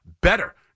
better